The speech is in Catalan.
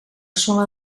suma